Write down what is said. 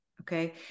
Okay